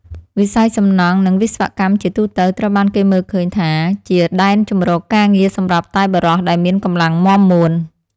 វិស័យសំណង់ និងវិស្វកម្មជាទូទៅត្រូវបានគេមើលឃើញថាជាដែនជម្រកការងារសម្រាប់តែបុរសដែលមានកម្លាំងមាំមួន។